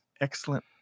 Excellent